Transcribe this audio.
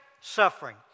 suffering